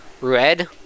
Red